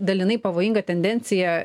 dalinai pavojingą tendenciją